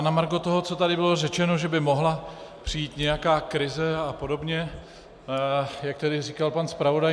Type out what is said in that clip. Na margo toho, co tady bylo řečeno, že by mohla přijít nějaká krize apod., jak tady říkal pan zpravodaj.